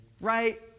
right